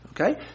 Okay